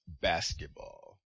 basketball